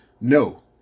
No